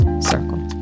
circle